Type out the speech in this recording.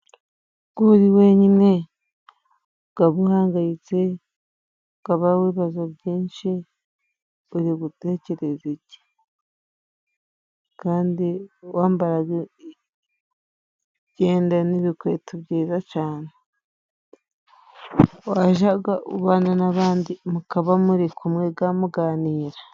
Ubwo uri wenyine ukaba uhangayitse ukaba wibaza byinshi uri gutekereza iki? Kandi wambaye ibyenda n'ibikweto byiza cane. Washaka uko ubana n'abandi mukaba muri kumwe mukaba muganira.